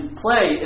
play